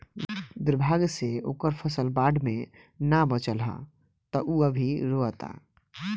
दुर्भाग्य से ओकर फसल बाढ़ में ना बाचल ह त उ अभी रोओता